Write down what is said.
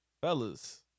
Fellas